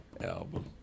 album